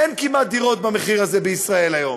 אין כמעט דירות במחיר הזה היום בישראל,